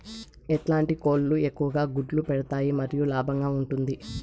ఎట్లాంటి కోళ్ళు ఎక్కువగా గుడ్లు పెడతాయి మరియు లాభంగా ఉంటుంది?